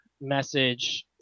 message